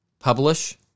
Publish